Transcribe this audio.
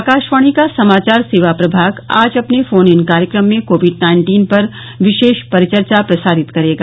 आकाशवाणी का समाचार सेवा प्रभाग आज अपने फोन इन कार्यक्रम में कोविड नाइन्टीन पर विशेष परिचर्चा प्रसारित करेगा